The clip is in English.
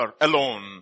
alone